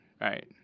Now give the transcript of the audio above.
right